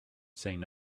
saying